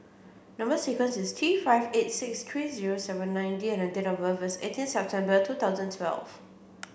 number sequence is T five eight six three zero seven nine D and date of birth is eighteenth September two thousand twelve